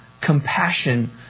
compassion